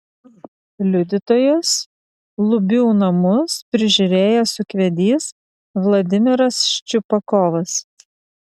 liudytojas lubių namus prižiūrėjęs ūkvedys vladimiras ščiupakovas